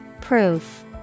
Proof